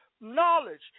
knowledge